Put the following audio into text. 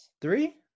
three